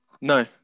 No